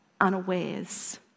unawares